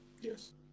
Yes